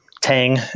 Tang